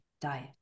diet